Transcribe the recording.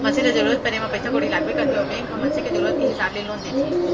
मनसे ल जरूरत परे म पइसा कउड़ी लागबे करथे अउ बेंक ह मनसे के जरूरत के हिसाब ले लोन देथे